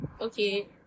Okay